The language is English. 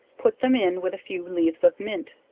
put them in with a few leaves of mint,